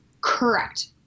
Correct